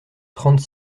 trente